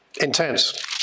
Intense